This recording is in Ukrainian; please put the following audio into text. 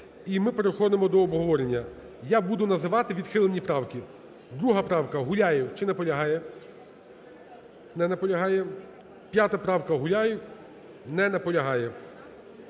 І ми переходимо до обговорення. Я буду називати відхилені правки. 2 правка, Гуляєв. Чи наполягає? Не наполягає. 5 правка, Гуляєв. Не наполягає.